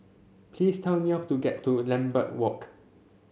please tell me to get to Lambeth Walk